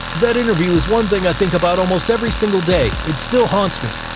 that interview is one thing i think about almost every single day. it still haunts me